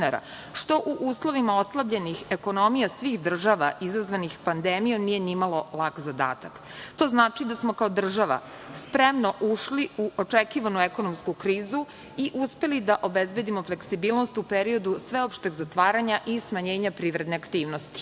što u uslovima oslabljenih ekonomija svih država izazvanih pandemijom nije ni malo lak zadatak. To znači da smo kao država spremno ušli u očekivanu ekonomsku krizu i uspeli da obezbedimo fleksibilnost u periodu sveopšteg zatvaranja i smanjenja privredne aktivnosti. Osim